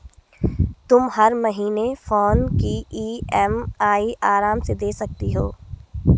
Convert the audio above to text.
तुम हर महीने फोन की ई.एम.आई आराम से दे सकती हो